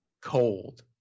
cold